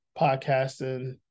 podcasting